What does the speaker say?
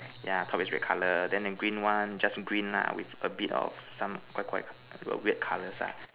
yeah top is red colour then the green one just green lah with a bit of some 怪怪:Guai Guai err weird colours ah